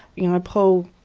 you know paul,